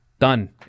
done